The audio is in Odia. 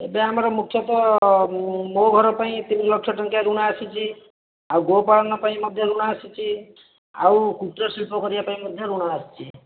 ଏବେ ଆମର ମୁଖ୍ୟତଃ ମୋ ଘର ପାଇଁ ତିନିଲକ୍ଷ ଟଙ୍କିଆ ଋଣ ଆସିଛି ଆଉ ଗୋପାଳନ ପାଇଁ ମଧ୍ୟ ଋଣ ଆସିଛି ଆଉ କ୍ଷୁଦ୍ରଶିଳ୍ପ କରିବା ପାଇଁ ମଧ୍ୟ ଋଣ ଆସିଛି